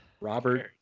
Robert